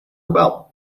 about